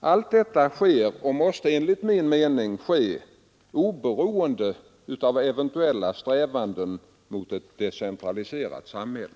Allt detta sker och måste enligt min mening ske oberoende av eventuella strävanden mot ett decentraliserat samhälle.